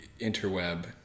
interweb